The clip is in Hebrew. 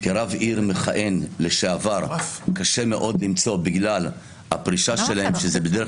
רב עיר מכהן לשעבר קשה מאוד למצוא בגלל שהפרישה שלהם בדרך